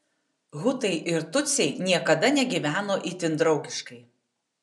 hutai ir tutsiai niekada negyveno itin draugiškai